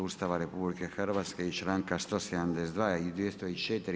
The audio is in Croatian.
Ustava RH i članka 172. i 204.